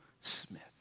Smith